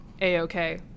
A-OK